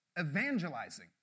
evangelizing